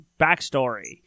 backstory